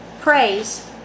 praise